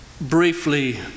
briefly